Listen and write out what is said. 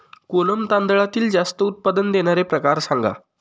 कोलम तांदळातील जास्त उत्पादन देणारे प्रकार सांगा